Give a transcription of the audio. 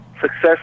success